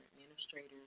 administrators